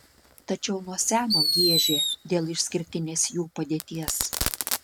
tačiau nuo seno giežė dėl išskirtinės jų padėties